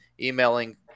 emailing